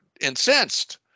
incensed